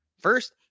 First